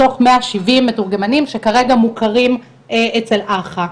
מתוך מאה שבעים מתורגמנים שכרגע מוכרים אצל אה"חה.